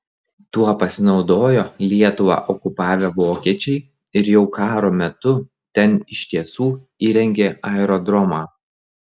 tuo pasinaudojo lietuvą okupavę vokiečiai ir jau karo metu ten iš tiesų įrengė aerodromą